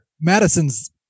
Madison's